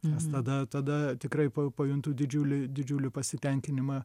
nes tada tada tikrai pajuntu didžiulį didžiulį pasitenkinimą